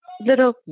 little